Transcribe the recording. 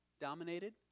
dominated